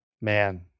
Man